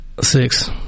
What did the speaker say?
six